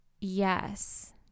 Yes